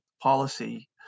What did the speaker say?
policy